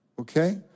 okay